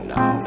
Now